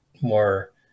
more